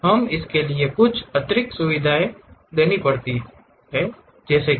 हमें इसके लिए कुछ अतिरिक्त सुविधाएँ देनी पड़ सकती हैं ठीक है